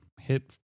hit